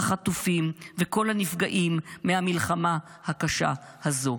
החטופים וכל הנפגעים מהמלחמה הקשה הזו.